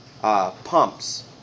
pumps